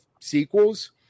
sequels